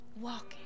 walking